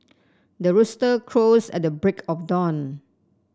the rooster crows at the break of dawn